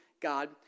God